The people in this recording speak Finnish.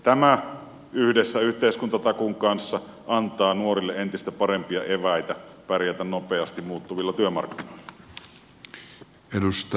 tämä yhdessä yhteiskuntatakuun kanssa antaa nuorille entistä parempia eväitä pärjätä nopeasti muuttuvilla työmarkkinoilla